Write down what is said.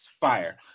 fire